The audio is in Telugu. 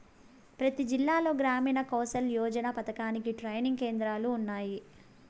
ప్రతి జిల్లాలో గ్రామీణ్ కౌసల్ యోజన పథకానికి ట్రైనింగ్ కేంద్రాలు ఉన్నాయి